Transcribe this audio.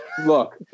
Look